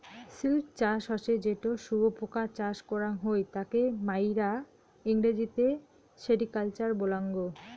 silk চাষ হসে যেটো শুয়োপোকা চাষ করাং হই তাকে মাইরা ইংরেজিতে সেরিকালচার বলাঙ্গ